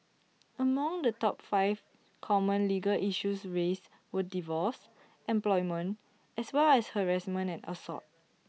among the top five common legal issues raised were divorce employment as well as harassment and assault